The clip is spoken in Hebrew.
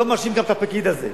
לא מאשים גם את הפקיד הזה.